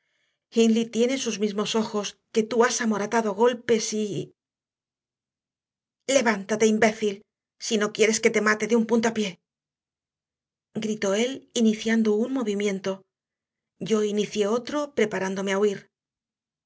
hermano hindley tiene sus mismos ojos que tú has amoratado a golpes y levántate imbécil si no quieres que te mate de un puntapié gritó él iniciando un movimiento yo inicié otro preparándome a huir